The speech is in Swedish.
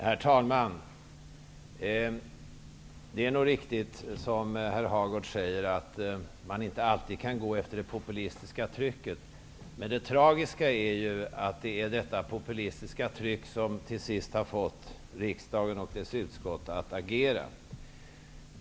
Herr talman! Det är nog riktigt som herr Hagård säger att man inte alltid kan gå efter det populistiska trycket. Det tragiska är emellertid är att det är detta populistiska tryck som till sist har fått riksdagen och dess utskott att agera.